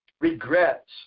regrets